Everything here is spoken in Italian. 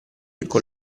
con